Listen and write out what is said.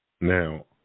Now